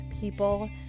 people